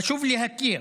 חשוב להכיר